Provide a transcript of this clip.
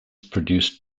produced